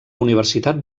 universitat